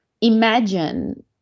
imagine